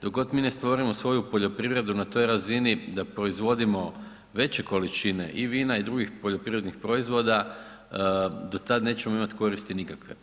Dok god mi ne stvorimo svoju poljoprivredu na toj razini da proizvodimo veće količine i vina i drugih poljoprivrednih proizvoda, do tad nećemo imati koristi nikakve.